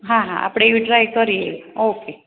હા હા આપણે એવું ટ્રાઇ કરીએ ઓકે